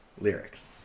lyrics